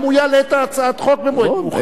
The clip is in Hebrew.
גם הוא יעלה את הצעת החוק במועד מאוחר.